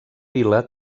vila